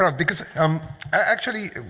ah because um i actually,